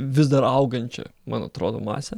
vis dar augančią man atrodo masę